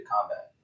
combat